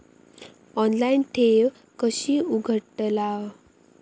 Online ठेव कशी उघडतलाव?